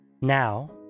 Now